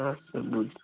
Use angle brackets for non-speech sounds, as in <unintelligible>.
<unintelligible>